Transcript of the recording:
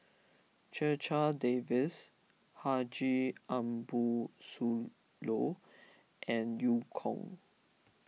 Checha Davies Haji Ambo Sooloh and Eu Kong